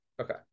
Okay